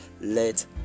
let